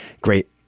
great